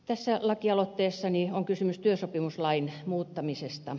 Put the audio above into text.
tässä lakialoitteessani on kysymys työsopimuslain muuttamisesta